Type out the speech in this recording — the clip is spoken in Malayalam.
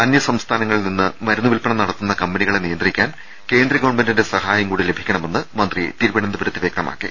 അനൃസംസ്ഥാന ങ്ങളിൽ നിന്ന് മരുന്നുവില്പന നടത്തുന്ന കമ്പനികളെ നിയന്ത്രിക്കാൻ കേന്ദ്ര ഗവൺമെന്റിന്റെ സഹായംകൂടി ലഭിക്കണമെന്ന് മന്ത്രി തിരുവനന്തപുരത്ത് വ്യക്തമാക്കി